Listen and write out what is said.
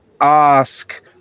ask